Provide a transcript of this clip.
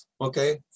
okay